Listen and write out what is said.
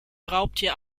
raubtier